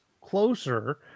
closer